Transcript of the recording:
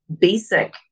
basic